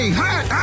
hot